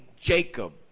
Jacob